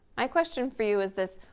my question for you is this.